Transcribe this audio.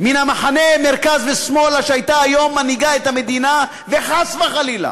ממחנה המרכז ושמאלה הייתה היום מנהיגה היום את המדינה וחס וחלילה